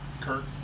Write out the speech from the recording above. Kurt